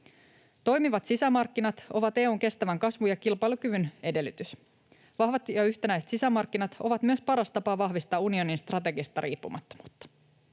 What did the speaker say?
Toimivat sisämarkkinat ovat EU:n kestävän kasvun ja kilpailukyvyn edellytys. Vahvat ja yhtenäiset sisämarkkinat ovat myös paras tapa vahvistaa unionin strategista riippumattomuutta.